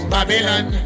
Babylon